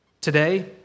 Today